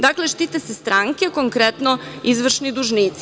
Dakle, štite se stranke, konkretno izvršni dužnici.